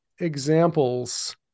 examples